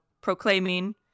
proclaiming